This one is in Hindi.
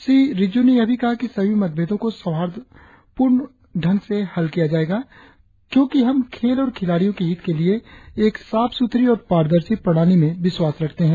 श्री रिजिजू ने यह भी कहा कि सभी मतभेदो को सौहार्द से हल किया जाएगा क्योंकि हम खेल और खिलाड़ियों के हित के लिए एक साफ सुथरी और पारदर्शी प्रणाली में विश्वास करते है